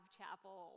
chapel